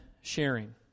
sharing